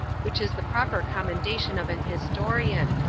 which is the proper commendation of an historian,